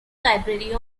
library